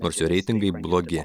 nors jo reitingai blogi